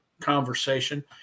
conversation